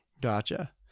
Gotcha